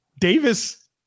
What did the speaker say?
Davis